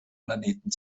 planeten